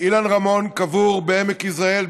אילן רמון קבור בעמק יזרעאל,